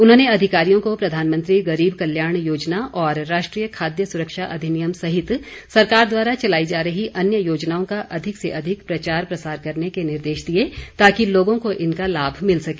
उन्होंने अधिकारियों को प्रधानमंत्री गरीब कल्याण योजना और राष्ट्रीय खाद्य सुरक्षा अधिनियम सहित सरकार द्वारा चलाई जा रही अन्य योजनाओं का अधिक से अधिक प्रचार प्रसार करने के निर्देश दिए ताकि लोगों को इनका लाभ मिल सके